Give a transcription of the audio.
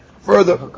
Further